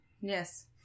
Yes